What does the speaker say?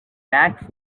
max